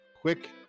quick